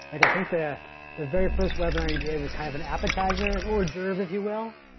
like i think the the very first webinar you did was kind of an appetizer, an hors d'oeuvres if you will,